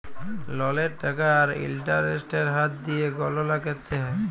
ললের টাকা আর ইলটারেস্টের হার দিঁয়ে গললা ক্যরতে হ্যয়